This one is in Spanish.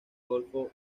golfo